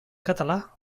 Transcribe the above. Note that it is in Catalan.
català